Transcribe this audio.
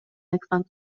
айткан